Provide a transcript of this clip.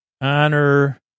Honor